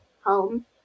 home